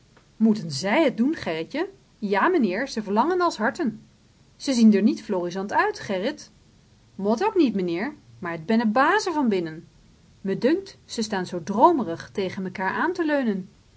moeten zij het doen gerritje ja menheer ze verlangen as harten ze zien der niet florissant uit gerrit mot ook niet menheer maar het bennen bazen van binnen me dunkt ze staan zoo droomerig tegen mekaar aan te leunen